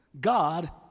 God